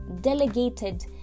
delegated